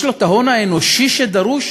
יש לו את ההון האנושי שדרוש